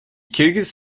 cougars